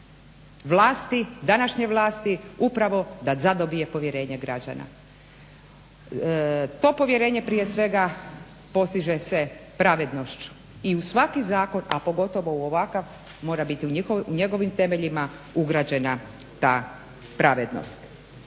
vlasti, današnje vlasti, upravo da zadobije povjerenje građana. To povjerenje prije svega postiže se pravednošću i u svaki zakon, a pogotovo u ovakav mora biti u njegovim temeljima ugrađena ta pravednost.